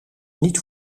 niet